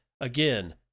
again